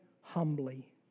humbly